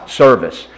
service